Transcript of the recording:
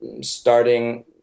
starting